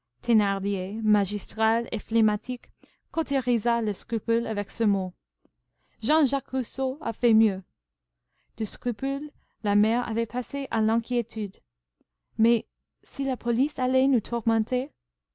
flegmatique cautérisa le scrupule avec ce mot jean-jacques rousseau a fait mieux du scrupule la mère avait passé à l'inquiétude mais si la police allait nous tourmenter